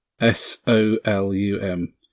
s-o-l-u-m